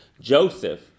Joseph